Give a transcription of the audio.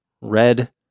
red